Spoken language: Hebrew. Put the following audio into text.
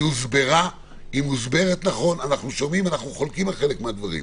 היא מוסברת נכון, אנחנו חולקים על חלק מהדברים,